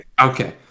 okay